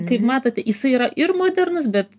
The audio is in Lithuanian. kaip matote jisai yra ir modernus bet